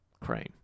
Crane